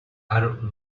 are